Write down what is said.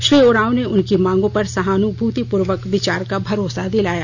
श्री उरांव ने उनकी मांगों पर सहानुभूतिपूर्वक विचार का भरोसा दिलाया